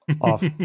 off